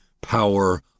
power